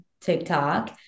TikTok